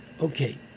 Okay